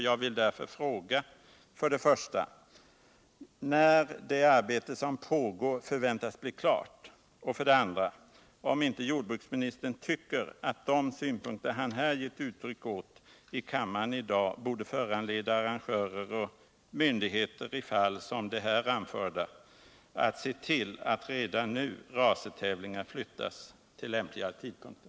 Jag vill därför för det första fråga när det arbete som pågår förväntas bli klart, och för det andra om inte jordbruksministern tycker att de synpunkter han gett uttryck åt i kammaren i dag borde föranleda arrangörer och myndigheter i fall som det här anförda att redan nu se till att racertävlingar förflyttas till lämpligare tidpunkter?